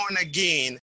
again